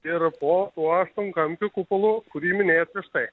ir po tuo aštuonkampiu kupolu kurį minėjot prieš tai